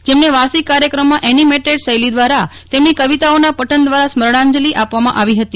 જેમને વાર્ષિક કાર્યક્રમમાં એનિમેટેડ શલી દવારા તેમની કવિતાઓના પઠન દવારા સ્મરણાંજલિ આપવામાં આવી હતી